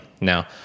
Now